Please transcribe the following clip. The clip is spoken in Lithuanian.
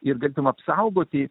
ir galėtumei apsaugoti